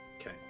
Okay